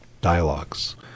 Dialogues